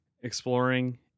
exploring